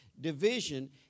division